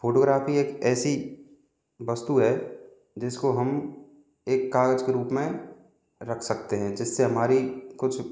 photography एक ऐसी वस्तु है जिसको हम एक कागज के रूप में रख सकते हैं जिससे हमारी कुछ